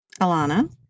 Alana